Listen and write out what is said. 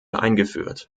eingeführt